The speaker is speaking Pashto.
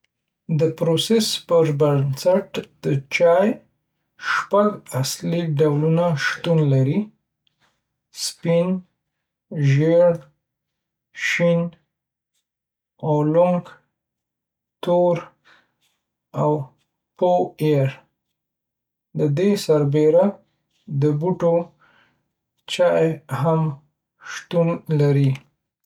د پروسس پر بنسټ د چای شپږ اصلي ډولونه شتون لري: سپین، ژیړ، شین، اوولونګ، تور، او پو-ایر. د دې سربیره، د بوټو چای هم شتون لري.